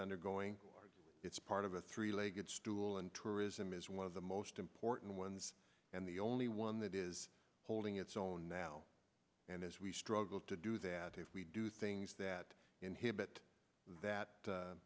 undergoing it's part of a three legged stool and tourism is one of the most important ones and the only one that is holding its own now and as we struggle to do that if we do things that inhibit that